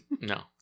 No